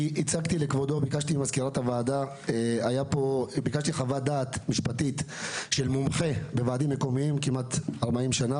ביקשתי חוות דעת משפטית של מומחה בוועדים מקומיים כמעט 40 שנה,